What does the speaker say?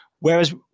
Whereas